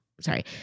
sorry